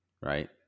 Right